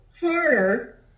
harder